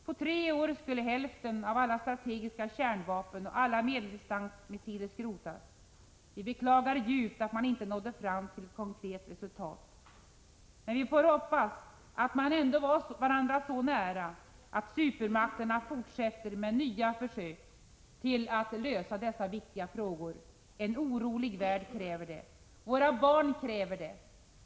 På tre år skulle hälften av alla strategiska kärnvapen och alla medeldistansmissiler skrotas. Vi beklagar djupt att man inte nådde fram till konkreta resultat. Men vi får hoppas att man ändå var varandra så nära att supermakterna fortsätter med nya försök att lösa dessa viktiga frågor. En orolig värld kräver det. Våra barn kräver det.